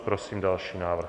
Prosím další návrh.